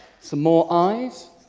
some more eyes,